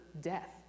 death